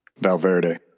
Valverde